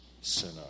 sinner